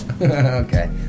Okay